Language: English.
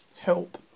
Help